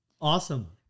awesome